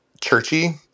churchy